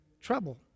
trouble